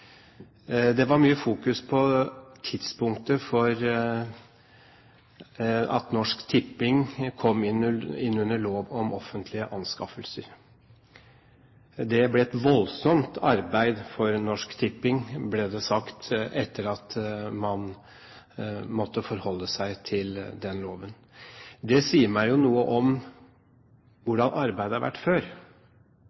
Det var mye fokus på tidspunktet for at Norsk Tipping kom inn under lov om offentlig anskaffelser. Det ble et voldsomt arbeid for Norsk Tipping, ble det sagt, etter at man måtte forholde seg til den loven. Det sier meg noe om